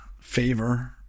Favor